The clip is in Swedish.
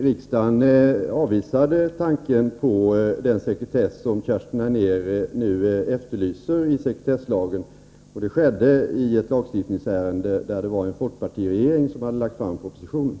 Herr talman! Jag vill bara helt kort tillägga en sak. Riksdagen avvisade den sekretess som Kerstin Anér nu efterlyser i sekretesslagen. Det skedde i ett lagstiftningsärende, där det var en folkpartiregering som hade lagt fram propositionen.